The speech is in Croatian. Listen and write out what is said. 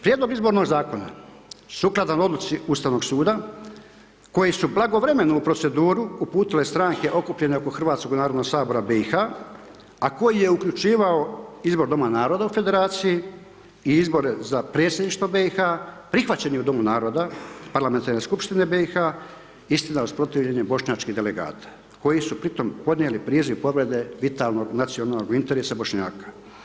Prijedlog Izbornog zakona, sukladan odluci Ustavnog suda koji su blagovremeno u proceduru uputile stranke okupljene oko Hrvatskog narodnog sabora BiH-a a koji je uključivao izbor Doma naroda u federaciji i izbore za Predsjedništvo BiH-a, prihvaćen je u Domu narodu, parlamentarne skupštine BiH-a, istina uz protivljenje bošnjačkih delegata koji su pri tom podnijeli priziv pobjede vitalnog nacionalnog interesa Bošnjaka.